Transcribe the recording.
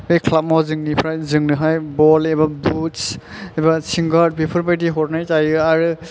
बे ख्लाबाव जोंनोहाय बल एबा बुथस एबा सिं गारद बेफोर बादि हरनाय जायो आरो